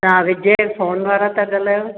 तव्हां विजय फ़ोन वारा था ॻाल्हायो